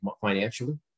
financially